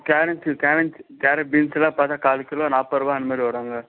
carrot carrot carrot பீன்ஸ்ஸெல்லாம் பார்த்தா கால் கிலோ நாற்பது ரூவா அந்த மாதிரி வருங்க